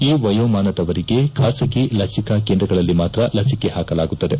ಈ ವಯೋಮಾನದವರಿಗೆ ಖಾಸಗಿ ಲಸಿಕಾ ಕೇಂದ್ರಗಳಲ್ಲಿ ಮಾತ್ರ ಲಸಿಕೆ ಹಾಕಲಾಗುತ್ತಿದೆ